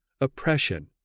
oppression